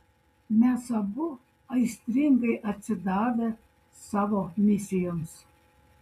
mes abu aistringai atsidavę savo misijoms